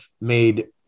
made